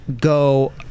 go